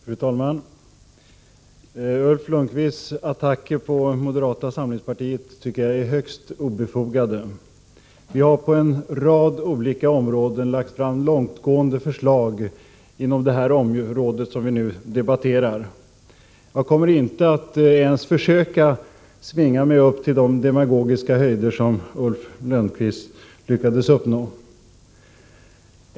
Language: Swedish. Fru talman! Ulf Lönnqvists attacker mot moderata samlingspartiet tycker jag är högst obefogade. Vi har lagt fram en rad långtgående förslag inom det område som vi nu debatterar. Jag kommer inte att ens försöka svinga mig upp till de demagogiska höjder som Ulf Lönnqvist lyckades uppnå.